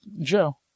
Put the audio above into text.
Joe